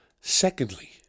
secondly